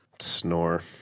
Snore